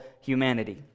humanity